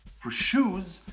for shoes,